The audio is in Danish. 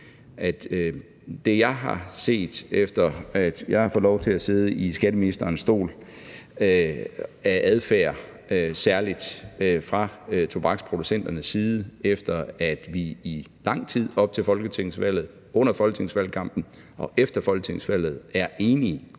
jeg har set, efter at jeg har fået lov til at sidde i skatteministerens stol, særlig fra tobaksproducenternes side, efter at vi i lang tid op til folketingsvalget, under folketingsvalgkampen og efter folketingsvalget har været